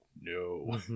no